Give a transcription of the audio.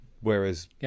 whereas